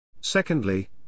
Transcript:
Secondly